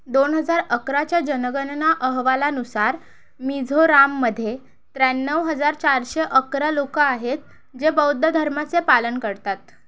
दोन हजार अकराच्या जनगणना अहवालानुसार मिझझोराममध्ये त्र्याण्णव हजार चारशे अकरा लोकं आहेत जे बौद्ध धर्माचे पालन करतात